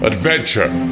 Adventure